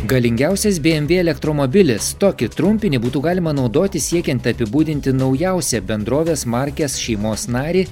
galingiausias bė em vė elektromobilis tokį trumpinį būtų galima naudoti siekiant apibūdinti naujausią bendrovės markės šeimos narį